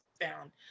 found